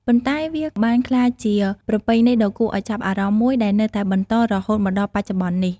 ប៉ុន្តែវាបានក្លាយជាប្រពៃណីដ៏គួរឲ្យចាប់អារម្មណ៍មួយដែលនៅតែបន្តរហូតមកដល់បច្ចុប្បន្ននេះ។